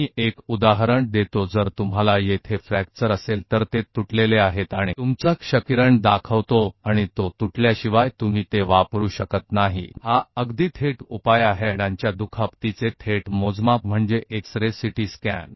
मैं एक उदाहरण देता हूं यदि आपके यहां फ्रैक्चर है तो आपका मस्तिष्क टूट गया है वे टूट गए हैं और आपका एक्स रे दिखाता है और इसका प्लास्टर होता है जब तक यह टूटा है आप इसका उपयोग नहीं कर सकते यह बहुत ही सीधा उपाय है हड्डी की चोट का प्रत्यक्ष माप एक्स रे है एक सीटी स्कैन